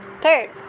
Third